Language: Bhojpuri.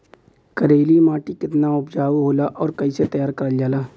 करेली माटी कितना उपजाऊ होला और कैसे तैयार करल जाला?